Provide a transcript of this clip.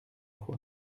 fois